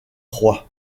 roy